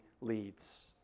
leads